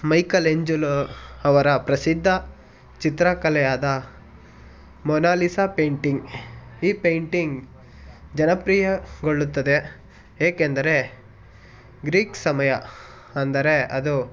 Michelangelo ಅವರ ಪ್ರಸಿದ್ಧ ಚಿತ್ರಕಲೆ ಆದ ಮೊನಾಲಿಸ ಪೈಂಟಿಂಗ್ ಈ ಪೈಂಟಿಂಗ್ ಜನಪ್ರಿಯಗೊಳ್ಳುತ್ತದೆ ಏಕೆಂದರೆ ಗ್ರೀಕ್ ಸಮಯ ಅಂದರೆ ಅದು